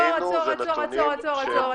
עצור, עצור, עצור, עצור.